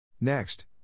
Next